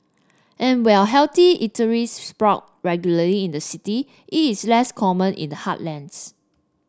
and while healthy eateries sprout regularly in the city it is less common in the heartlands